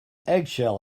eggshell